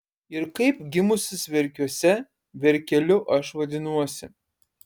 ir kaip gimusis verkiuose verkeliu aš vadinuosi